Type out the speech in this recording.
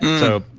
so,